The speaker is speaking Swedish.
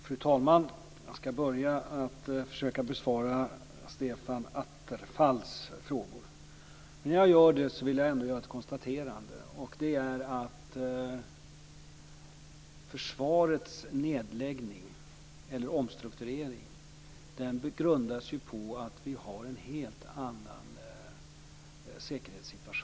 Fru talman! Först ska jag försöka besvara Stefan Attefalls frågor. Samtidigt vill jag konstatera att försvarets omstrukturering grundas på att vi nu har en helt annan säkerhetssituation.